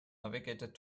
navigated